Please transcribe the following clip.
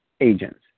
agents